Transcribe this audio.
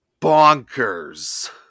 bonkers